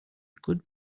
good